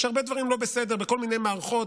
יש הרבה דברים לא בסדר בכל מיני מערכות,